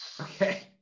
Okay